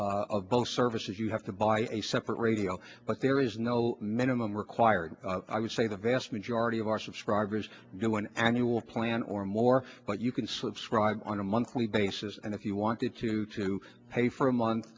today both services you have to buy a separate radio but there is no minimum required i would say the vast majority of our subscribers do an annual plan or more but you can subscribe on a monthly basis and if you wanted to to pay for a month